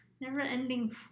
never-ending